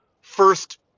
first